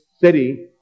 city